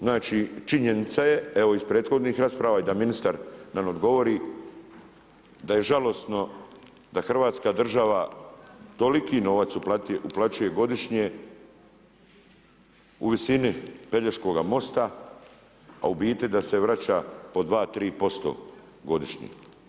Znači činjenica je evo i iz prethodnih rasprava i da ministar nam odgovori da je žalosno da Hrvatska država toliki novac uplaćuje godišnje u visini pelješkoga mosta a u biti da se vraća po 2, 3% godišnje.